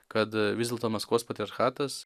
kad vis dėlto maskvos patriarchatas